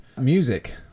music